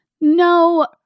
no